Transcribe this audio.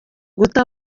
guta